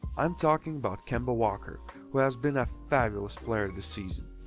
i'm talking about kemba walker who has been a fabulous player this season.